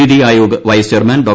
NITI Aayog vice chairman Dr